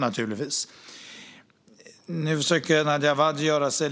Nadja Awad försöker göra sig